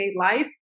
life